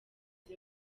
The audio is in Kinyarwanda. izi